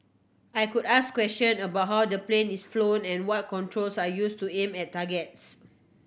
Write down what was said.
I could ask question about how the plane is flown and what controls are used to aim at targets